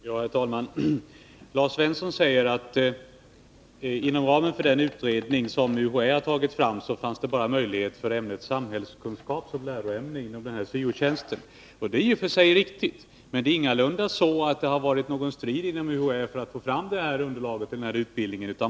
Herr talman! Lars Svensson säger att det inom ramen för den utredning som UHÄ har tagit fram bara fanns möjlighet att ha ämnet samhällskunskap som lärarämne inom syo-tjänsten. Det är i och för sig riktigt, men det har ingalunda varit någon strid inom UHÄ för att få fram detta underlag till den här utbildningen.